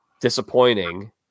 disappointing